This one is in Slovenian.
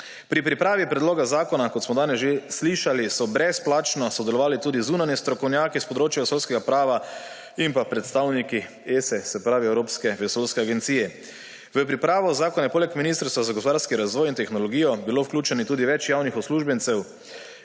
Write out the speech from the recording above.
Pri pripravi predloga zakona, kot smo danes že slišali, so brezplačno sodelovali tudi zunanji strokovnjaki s področja vesoljskega prava in predstavniki ESE, se pravi, Evropske vesoljske agencije. V pripravi zakona je poleg ministrstva za gospodarski razvoj in tehnologijo bilo vključenih tudi več javnih uslužbencev